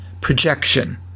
projection